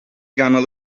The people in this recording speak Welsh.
ganol